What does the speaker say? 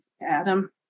Adam